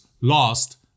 lost